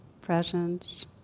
Presence